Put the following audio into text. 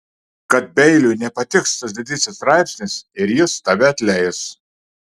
kad beiliui nepatiks tas didysis straipsnis ir jis tave atleis